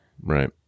Right